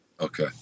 Okay